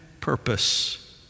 purpose